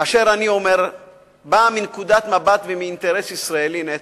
שמה שאני אומר בא מנקודת מבט ומאינטרס ישראלי נטו.